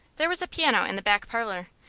there was a piano in the back parlor.